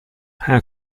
how